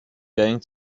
going